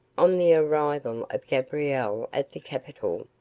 on the arrival of gabriel at the capital,